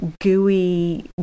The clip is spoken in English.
gooey